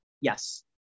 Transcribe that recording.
Yes